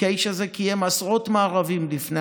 כי האיש הזה קיים עשרות מארבים לפני